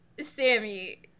Sammy